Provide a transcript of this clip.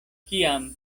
kiam